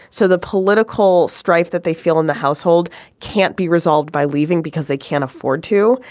so the political strife that they feel in the household can't be resolved by leaving because they can't afford to.